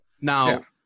Now